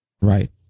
Right